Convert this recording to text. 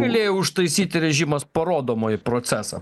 galėjo užtaisyti režimas parodomąjį procesą